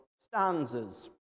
stanzas